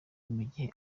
gihe